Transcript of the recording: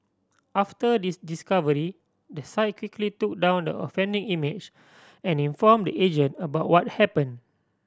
after discovery the site quickly took down the offending image and inform the agent about what happen